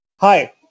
Hi